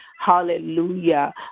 hallelujah